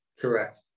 Correct